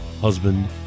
husband